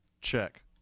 check